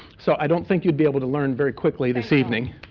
so i don't think you'd be able to learn very quickly this evening.